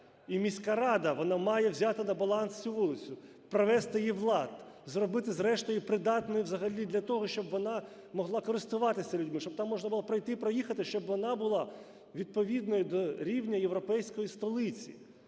І міська рада, вона має взяти на баланс цю вулицю, привести її в лад, зробити, зрештою, придатною взагалі для того, щоб вона могла користуватися людьми, щоб там можна було пройти і проїхати, щоб вона була відповідною до рівня європейської столиці.